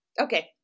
okay